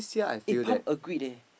eh Palm agreed eh